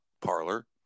parlor